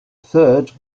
third